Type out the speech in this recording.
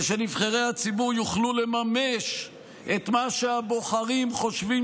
ושנבחרי הציבור יוכלו לממש את מה שהבוחרים חושבים